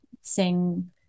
sing